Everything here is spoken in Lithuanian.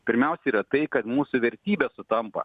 pirmiausia yra tai kad mūsų vertybės sutampa